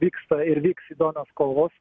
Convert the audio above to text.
vyksta ir vyks įdomios kovos